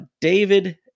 David